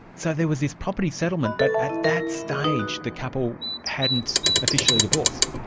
so there was this property settlement, but at that stage the couple hadn't officially divorced.